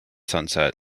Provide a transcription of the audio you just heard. sunset